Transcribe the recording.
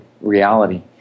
reality